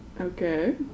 Okay